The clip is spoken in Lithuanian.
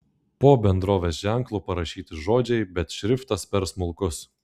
po bendrovės ženklu parašyti žodžiai bet šriftas per smulkus